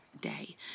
day